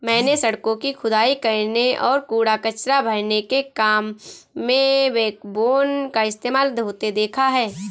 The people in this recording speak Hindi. मैंने सड़कों की खुदाई करने और कूड़ा कचरा भरने के काम में बैकबोन का इस्तेमाल होते देखा है